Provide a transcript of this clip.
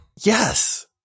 Yes